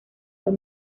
los